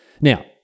Now